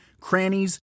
crannies